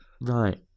Right